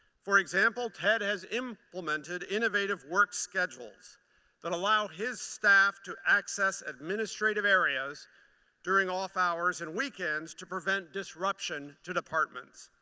for example, ted has implemented innovative work schedules that allow his staff to access administrative areas during off hours and weekends to prevent disruption to departments.